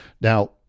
Now